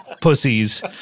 pussies